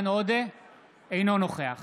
אינו נוכח